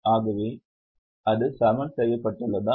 ஆகவே அது சமன்செய்யப்பட்டுள்ளதா